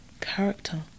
character